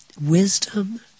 wisdom